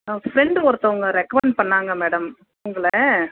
ஆ friend ஒருத்தவங்க recommend பண்ணாங்க madam உங்களை